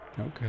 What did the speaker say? Okay